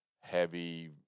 heavy